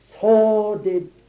sordid